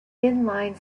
inline